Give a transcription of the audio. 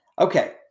Okay